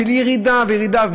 של ירידה וירידה,